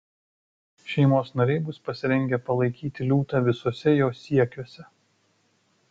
šeimos nariai bus pasirengę palaikyti liūtą visuose jo siekiuose